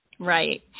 Right